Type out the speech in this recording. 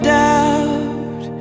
doubt